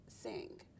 sing